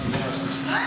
שנייה ושלישית.